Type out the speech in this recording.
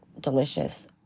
delicious